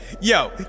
yo